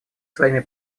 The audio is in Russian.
своими